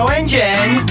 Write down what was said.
engine